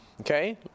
okay